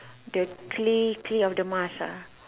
the clay the clay of the mask ah